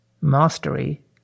mastery